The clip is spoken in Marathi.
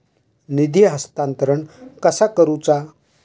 निधी हस्तांतरण कसा करुचा?